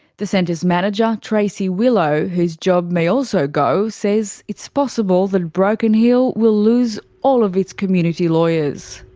the centre's manager, tracey willow, whose job may also go, says it's possible that broken hill will lose all of its community lawyers.